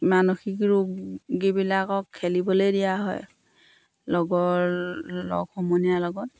মানসিক ৰোগীবিলাকক খেলিবলৈ দিয়া হয় লগৰ লগ সমনীয়াৰ লগত